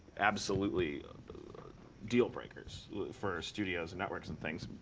absolutely deal-breakers for studios, and networks, and things.